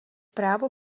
právo